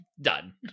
done